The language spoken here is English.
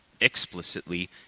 explicitly